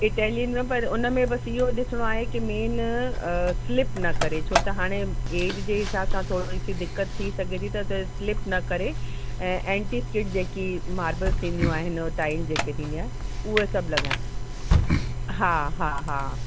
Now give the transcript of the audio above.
Italian में उन में पर इहो ॾिसणो आहे की मेन स्लिप न करे छो त हाणे एज जे हिसाब सां थोरी सी दिक़तु थी सघे थी त स्लिप न करे ऐं ऐंटी किड जेकी मारबल थींदियूं आहिनि टाइल जेकी थींदी आहे उहो सभु लॻा हा हा हा